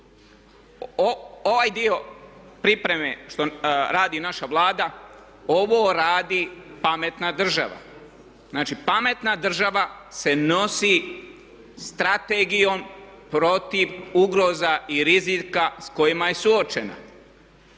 Ovaj dio pripreme što radi naša Vlada, ovo radi pametna država. Znači pametna država se nosi strategijom protiv ugroza i rizika s kojima je suočena.